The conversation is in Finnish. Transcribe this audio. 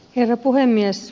herra puhemies